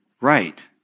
right